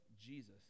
Jesus